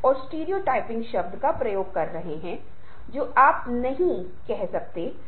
लचीलापन केवल परिवर्तन के लिए तनाव के प्रति लचीलापन नहीं बल्की और विभिन्न प्रकार की चीजों के लिए लचीलापन है जो हमें परेशान करते हैं